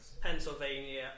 Pennsylvania